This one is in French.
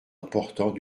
important